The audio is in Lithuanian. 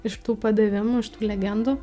iš tų padavimų legendų